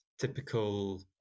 typical